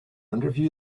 interview